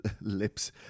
lips